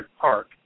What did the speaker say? Park